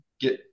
get